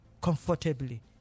comfortably